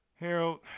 Harold